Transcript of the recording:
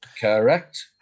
Correct